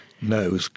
No